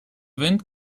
wind